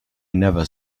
never